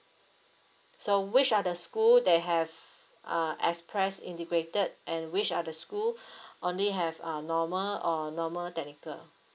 so which are the school they have uh express integrated and which are the school only have uh normal or normal technical